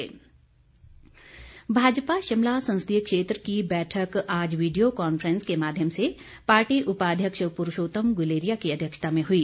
भाजपा भाजपा शिमला संसदीय क्षेत्र की बैठक आज वीडियो कांफ्रेंस के माध्यम से पार्टी उपाध्यक्ष पुरूषोतम गुलेरिया की अध्यक्षता में हुई